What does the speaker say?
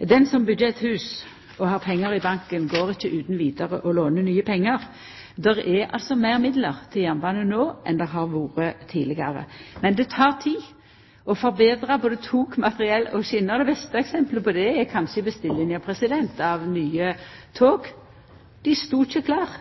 Den som byggjer eit hus og har pengar i banken, går ikkje utan vidare og låner nye pengar. Det er meir midlar til jernbanen no enn det har vore tidlegare. Men det tek tid å forbetra både togmateriell og skjener. Det beste eksempelet på det er kanskje bestillinga av nye tog. Dei stod ikkje